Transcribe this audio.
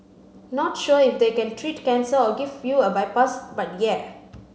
not sure if they can treat cancer or give you a bypass but yeah